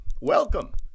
Welcome